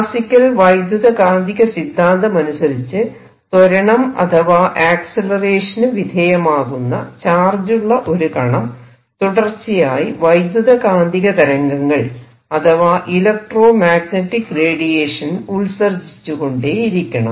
classical വൈദ്യുത കാന്തിക സിദ്ധാന്തമനുസരിച്ച് ത്വരണം അഥവാ ആക്സിലറേഷന് വിധേയമാകുന്ന ചാർജുള്ള ഒരു കണം തുടർച്ചയായി വൈദ്യുത കാന്തിക തരംഗങ്ങൾ അഥവാ ഇലക്ട്രോമാഗ്നെറ്റിക് റേഡിയേഷൻ ഉത്സർജിച്ചുകൊണ്ടേയിരിക്കണം